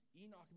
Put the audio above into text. Enoch